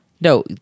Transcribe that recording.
no